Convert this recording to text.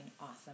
awesome